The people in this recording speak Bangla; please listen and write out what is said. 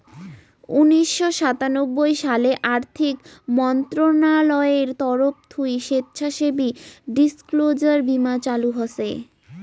উনিশশো সাতানব্বই সালে আর্থিক মন্ত্রণালয়ের তরফ থুই স্বেচ্ছাসেবী ডিসক্লোজার বীমা চালু হসে